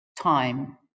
time